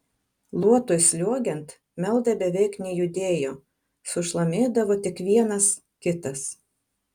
luotui sliuogiant meldai beveik nejudėjo sušlamėdavo tik vienas kitas